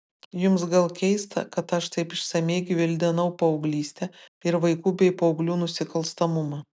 jums gal keista kad aš taip išsamiai gvildenau paauglystę ir vaikų bei paauglių nusikalstamumą